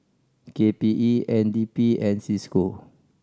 K P E N D P and Cisco